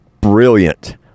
brilliant